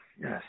yes